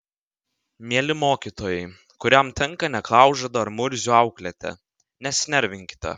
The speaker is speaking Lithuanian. mieli mokytojai kuriam tenka neklaužadą ar murzių auklėti nesinervinkite